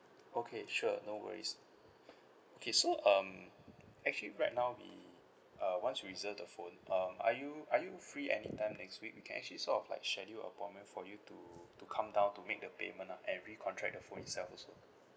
okay sure no worries okay so um actually right now we uh once you reserve the phone um are you are you free any time next week we can actually sort of like schedule appointment for you to to come down to make the payment lah and recontract the phone itself also